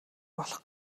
болох